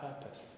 purpose